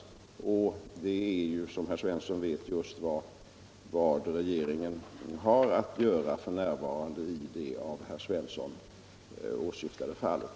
Som herr Svensson vet är det också just vad regeringen har att göra f.n. i det av herr Svensson åsyftade fallet.